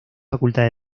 facultad